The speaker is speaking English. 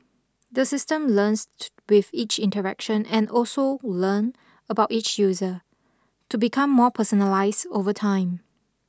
the system learns to with each interaction and also learn about each user to become more personalised over time